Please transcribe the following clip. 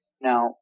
Now